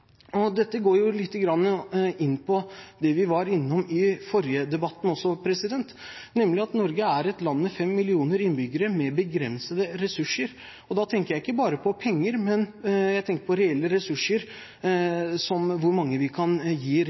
Dette går også litt inn på det vi var innom i den forrige debatten, nemlig at Norge er et land med fem millioner innbyggere med begrensede ressurser, og da tenker jeg ikke bare på penger, men på reelle ressurser, som hvor mange vi kan gi